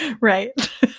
Right